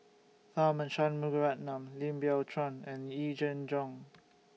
Tharman Shanmugaratnam Lim Biow Chuan and Yee Jenn Jong